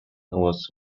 was